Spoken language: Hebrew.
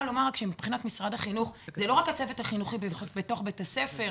מבחינת משרד החינוך זה לא רק הצוות החינוכי בתוך בית הספר.